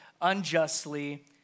unjustly